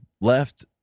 left